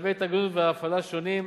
בשלבי התארגנות והפעלה שונים.